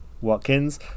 Watkins